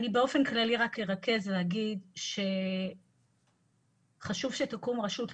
אני באופן כללי רק ארכז ואגיד שחשוב תקום רשות לאומית,